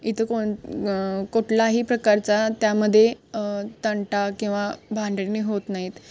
इथं कोण कुठलाही प्रकारचा त्यामध्ये तंटा किंवा भांडण होत नाहीत